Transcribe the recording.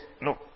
No